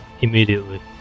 Immediately